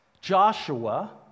Joshua